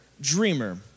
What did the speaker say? dreamer